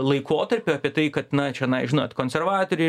laikotarpio apie tai kad na čionai žinot konservatoriai